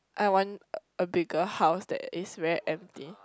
I want a bigger house that is very empty